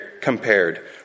compared